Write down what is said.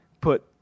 put